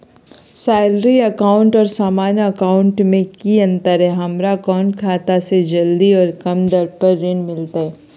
Salary account और सामान्य account मे की अंतर है हमरा कौन खाता से जल्दी और कम दर पर ऋण मिलतय?